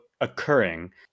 occurring